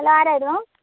hello ആരായിരുന്നു